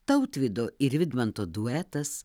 tautvydo ir vidmanto duetas